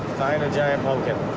find a giant pumpkin.